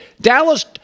Dallas